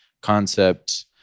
concept